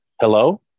Hello